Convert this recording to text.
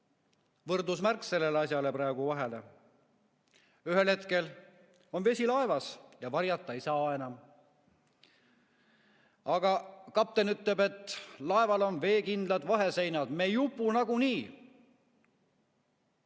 võrdusmärgi nende asjade vahele. Ühel hetkel on vesi laevas ja varjata ei saa enam. Aga kapten ütleb, et laeval on veekindlad vaheseinad, me ei upu nagunii.